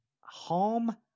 harm